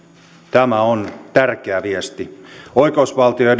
tämä on tärkeä viesti oikeusvaltio ja